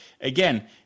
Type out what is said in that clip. again